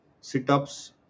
sit-ups